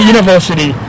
University